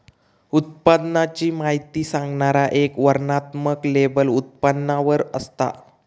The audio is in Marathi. उत्पादनाची माहिती सांगणारा एक वर्णनात्मक लेबल उत्पादनावर असता